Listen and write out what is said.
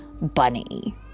bunny